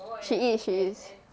she is she is